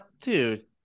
dude